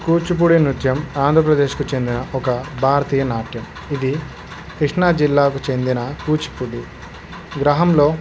కూచిపూడి నృత్యం ఆంధ్రప్రదేశ్కు చెందిన ఒక భారతీయ నాట్యం ఇది కృష్ణా జిల్లాకు చెందిన కూచిపూడి గ్రామంలో